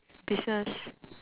business